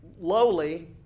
lowly